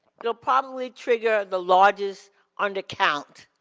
it'll probably trigger the largest under count